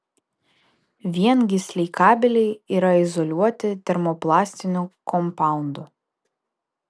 viengysliai kabeliai yra izoliuoti termoplastiniu kompaundu